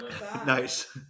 nice